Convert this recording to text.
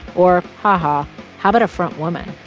or ha-ha how about a frontwoman?